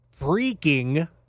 freaking